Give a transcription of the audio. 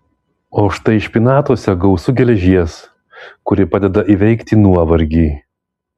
o štai špinatuose gausu geležies kuri padeda įveikti nuovargį